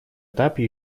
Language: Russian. этапе